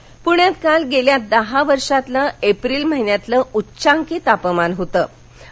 पूण्यात काल गेल्या दहा वर्षातील एप्रिल महिन्यातील उच्चांकी तापमानाची नोंद झाली